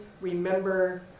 remember